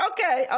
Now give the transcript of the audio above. Okay